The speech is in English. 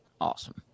Awesome